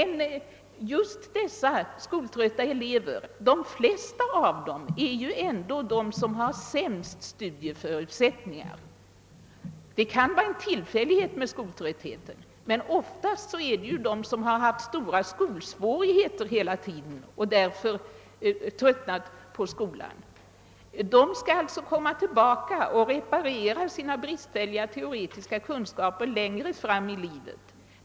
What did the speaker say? De flesta av dessa skoltrötta elever är ändå sådana som har de sämsta studieförutsättningarna. Skoltrötthet kan vara en tillfällighet, men oftast drabbar denna trötthet dem som hela tiden haft stora skolsvårigheter och därför tröttnat på skolan. De skall alltså komma tillbaka och reparera sina bristfälliga teoretiska kunskaper längre fram i livet.